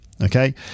Okay